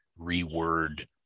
reword